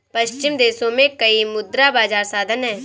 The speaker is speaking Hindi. पश्चिमी देशों में कई मुद्रा बाजार साधन हैं